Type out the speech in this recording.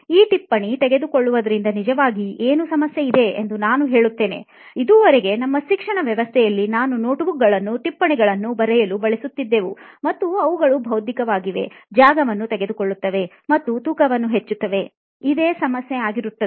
ಈ ಟಿಪ್ಪಣಿ ತೆಗೆದುಕೊಳ್ಳುವುದರಲ್ಲಿ ನಿಜವಾಗಿ ಏನು ಸಮಸ್ಯೆ ಇದೆ ಎಂದು ನಾನು ಹೇಳುತ್ತೇನೆ ಇದುವರೆಗೂ ನಮ್ಮ ಶಿಕ್ಷಣ ವ್ಯವಸ್ಥೆಯಲ್ಲಿ ನಾವು ನೋಟ್ಬುಕ್ಗಳನ್ನು ಟಿಪ್ಪಣಿಯನ್ನು ಬರೆಯಲು ಬಳಿಸುತ್ತೀದ್ದೇವೆ ಮತ್ತು ಅವುಗಳು ಭೌತಿಕವಾಗಿದೆ ಜಾಗವನ್ನು ತೆಗೆದುಕೊಳ್ಳುತ್ತವೆ ಮತ್ತು ತೂಕವನ್ನು ಹೆಚ್ಚಿಸುತ್ತದೆ ಇದೆ ಸಮಸ್ಯೆ ಆಗಿರುತ್ತದೆ